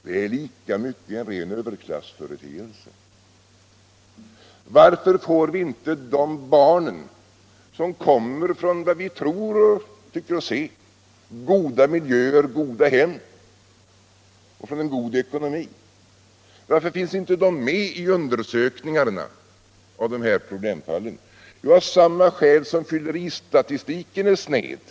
Det är lika mycket en ren överklassföreteelse. Varför finns inte de barn, som kommer från vad vi tror och tycker oss se är goda miljöer, goda hem med god ekonomi, med i undersökningarna av de här problemfallen? Jo, av samma skäl som fylleristatistiken är sned.